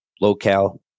Locale